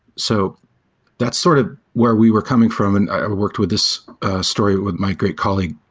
so that's sort of where we were coming from, and i've worked with this story with my great colleague,